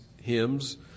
hymns